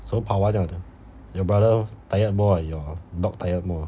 so 跑完了 your brother tired more or your dog tired more